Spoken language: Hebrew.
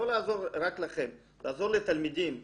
לא לעזור רק לכם, לעזור לתלמידים.